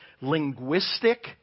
linguistic